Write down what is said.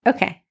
Okay